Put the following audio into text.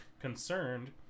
Concerned